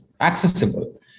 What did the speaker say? accessible